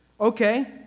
Okay